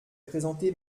présenté